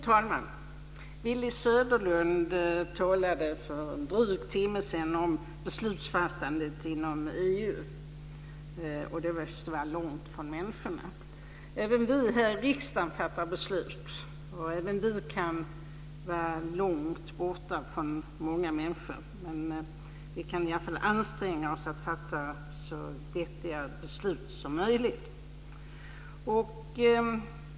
Fru talman! Willy Söderdahl talade för en dryg timme sedan om beslutsfattandet inom EU och sade att det var långt från människorna. Även vi här i riksdagen fattar beslut. Även vi kan vara långt borta från många människor. Men vi kan i alla fall anstränga oss att fatta så vettiga beslut som möjligt.